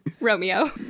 Romeo